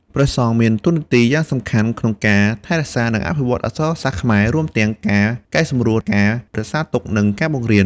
ព្រះសង្ឃមានតួនាទីយ៉ាងសំខាន់ក្នុងការថែរក្សា និងអភិវឌ្ឍន៍អក្សរសាស្ត្រខ្មែរ រួមទាំងការកែសម្រួល ការរក្សាទុក និងការបង្រៀន។